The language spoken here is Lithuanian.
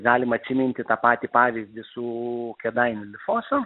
galima atsiminti tą patį pavyzdį su kėdainių lifosa